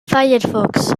firefox